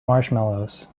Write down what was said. marshmallows